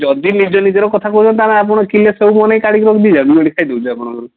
ଯଦି ନିଜ ନିଜର କଥା କହୁଛନ୍ତି ତାହାନେ ଆପଣ କିଲେ ସେଉ କାଢ଼ିକି ରଖିଦେଇ ଯାଆନ୍ତୁ ମୁଁ ଏଇଟି ଖାଇଦେଉଛି ଆପଣଙ୍କର